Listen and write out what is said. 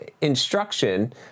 Instruction